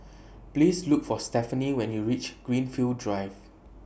Please Look For Stephenie when YOU REACH Greenfield Drive